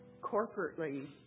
corporately